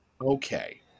Okay